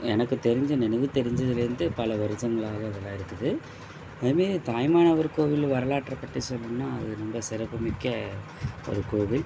எனக்குத் தெரிஞ்சி நினைவு தெரிஞ்சதுலேந்து பல வருஷங்களாக இதெல்லாம் இருக்குது அதே மாரி தாயுமானவர் கோவில் வரலாற்றப் பற்றி சொல்லணுன்னா அது ரொம்ப சிறப்பு மிக்க ஒரு கோவில்